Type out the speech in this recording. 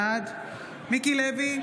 בעד מיקי לוי,